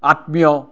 আত্মীয়